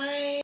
Bye